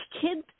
Kids